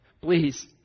Please